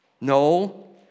No